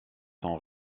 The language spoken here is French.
sont